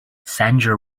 sandra